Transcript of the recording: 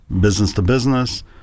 business-to-business